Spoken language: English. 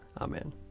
Amen